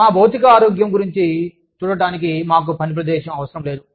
మా భౌతిక ఆరోగ్యం గురించి చూడటానికి మాకు పని ప్రదేశం అవసరం లేదు